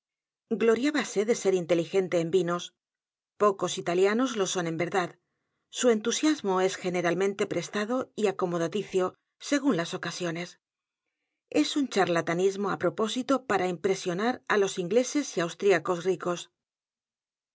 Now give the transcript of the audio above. temible gloriábase de ser inteligente en vinos pocos italianos lo son en v e r d a d su entusiasmo es generalmente prestado y acomodaticio según las ocasiones es un charlatanismo á propósito p a r a impresionar á los ingleses y austríacos ricos